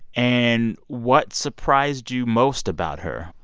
and what surprised you most about her?